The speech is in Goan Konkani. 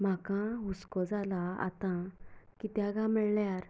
म्हाका हुस्को जाला आतां कित्याक काय म्हणल्यार